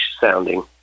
sounding